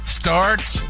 starts